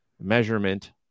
measurement